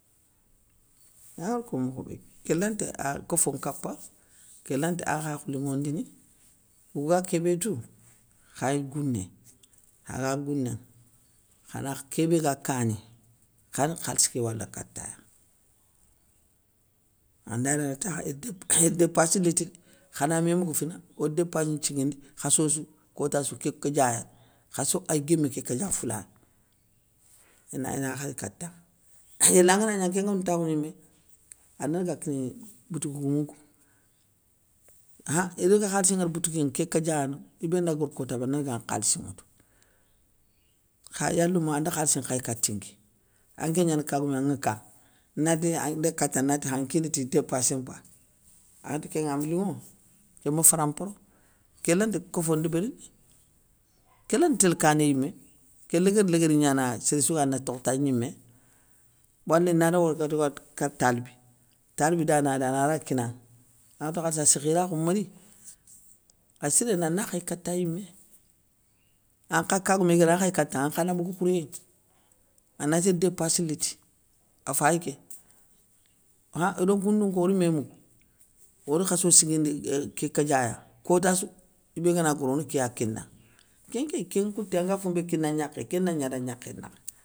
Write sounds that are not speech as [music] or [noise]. Angara ko mokho bé ké lanta a koffo nkapa, ké lanti akhakhou linŋondini, oga kébé tou, khay gouné, khaga gounéŋa, khana kébé ga kani, khane khalssi ké wala kataya, andagnaŋa ta itép [noise] ir dépassi liti dé, khana mé mougou fina, ode dépassi nthiguindi khassossou kotassou, ké kadia ani, khasso ay guémé ké kadia foulané. Ina gna khay katanŋe [noise] yéla ngana gni anké nguém tamouyimé, anadaga kini, boutiki goumou kou. Akhan idague khalissi nŋwara boutikinŋa, ké kadia yano, ibé nda gor koda bé, ana daga nkhalissi nŋwoutou. Kha yalou ma anda khalissi nkhay kati nké, anké gnani kagoumé anŋa ka, nati an dégue katéy anati khan nkina ti dépassi mpay, anŋatou kénŋa ama linŋo, kénma farampro, kélanti koffo ndébérini, kélanti tél kané yimé, ké léguéri léguiri gnana sérssou ga yéy ana tokh ta gnimé, wali na dagui wara kati talbi, talbi dana ri, anara kinaŋa, anŋatou kharssa sakhirakhou mari, assiréna ana khay kata yiméy. Ankha kagoumé, igana khay katanŋa, ankha na bogou khouréyé nŋa, anati ir dépassi liti, afay ké. Akha odo goundounko or mé mougou, or khassou siguindi ké kadiaya, kotassou, ibé gana goro one kéya kinaŋa, kénké kénnkouté, anga foumbé kina gnakhé kéna gnada gnakhé nakha.